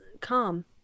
calm